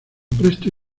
presto